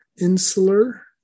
insular